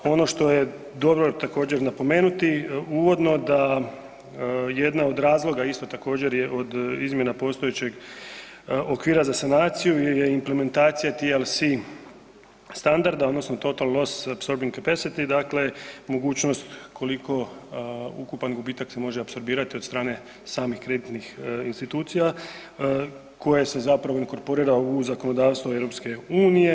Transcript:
Ono što je dobro također napomenuti uvodno da jedna od razloga isto također je od izmjena postojećeg okvira za sanaciju je implementacija TLAC standard odnosno Total Loss-Absorbing Capacity dakle mogućnost koliko ukupan gubitak se može apsorbirati od strane samih kreditnih institucija koje se zapravo inkorporira u zakonodavstvo EU.